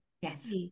yes